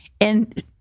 and-